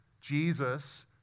Jesus